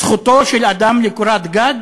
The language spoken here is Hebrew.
זכותו של אדם לקורת גג,